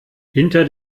hinter